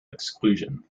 exclusion